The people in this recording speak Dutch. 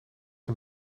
een